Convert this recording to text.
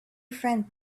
friend